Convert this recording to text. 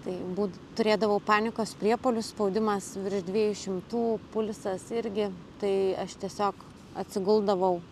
tai būd turėdavau panikos priepuolius spaudimas virš dviejų šimtų pulsas irgi tai aš tiesiog atsiguldavau